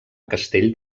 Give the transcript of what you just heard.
castell